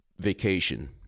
vacation